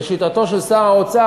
לשיטתו של שר האוצר,